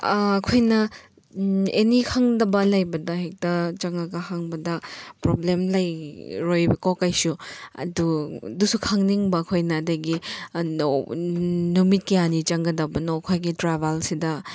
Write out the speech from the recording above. ꯑꯩꯈꯣꯏꯅ ꯑꯦꯅꯤ ꯈꯪꯗꯕ ꯂꯩꯕꯗ ꯍꯦꯛꯇ ꯆꯪꯂꯒ ꯍꯪꯕꯗ ꯄ꯭ꯔꯣꯕ꯭ꯂꯦꯝ ꯂꯩꯔꯣꯏꯕꯀꯣ ꯀꯔꯤꯁꯨ ꯑꯗꯨ ꯑꯗꯨꯁꯨ ꯈꯪꯅꯤꯡꯕ ꯑꯩꯈꯣꯏꯅ ꯑꯗꯒꯤ ꯅꯨꯃꯤꯠ ꯀꯌꯥꯅꯤ ꯆꯪꯒꯗꯕꯅꯣ ꯑꯩꯈꯣꯏꯒꯤ ꯇ꯭ꯔꯦꯕꯦꯜꯁꯤꯗ